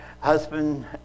Husband